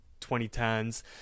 2010s